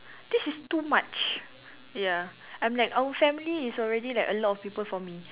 this is too much ya I'm like our family is already like a lot of people for me